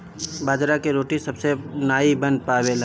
बाजरा के रोटी सबसे नाई बन पावेला